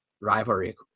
rivalry